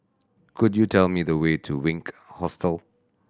could you tell me the way to Wink Hostel